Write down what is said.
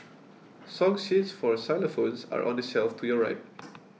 song sheets for xylophones are on the shelf to your right